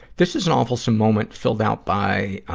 this is an awfulsome moment filled out by, ah,